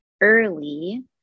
early